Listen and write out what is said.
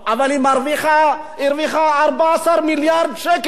שלמה, הרוויחה 14 מיליארד שקל.